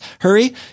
Hurry